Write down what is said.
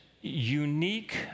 unique